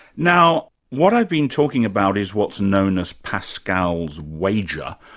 now, what i've been talking about is what's known as pascal's wager.